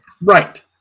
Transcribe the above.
right